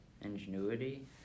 ingenuity